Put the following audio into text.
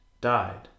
died